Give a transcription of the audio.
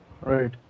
Right